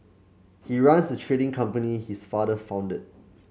he runs the trading company his father founded